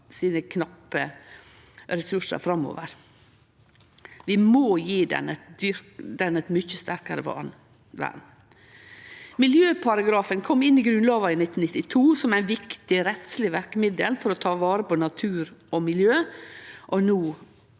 dei knappe jordressursane framover. Vi må gje jorda eit mykje sterkare vern. Miljøparagrafen kom inn i Grunnlova i 1992 som eit viktig rettsleg verkemiddel for å ta vare på natur og miljø